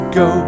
go